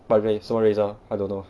but ray 什么 Razer I don't know